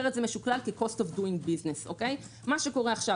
מה שקורה כעת,